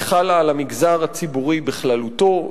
היא חלה על המגזר הציבורי בכללותו,